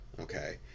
okay